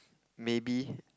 maybe